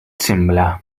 sembla